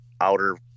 outer